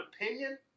opinion